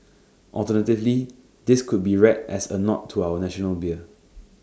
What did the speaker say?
alternatively this could be read as A nod to our national beer